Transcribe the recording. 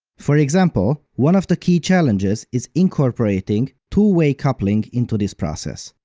for example, one of the key challenges is incorporating two-way coupling into this process.